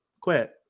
quit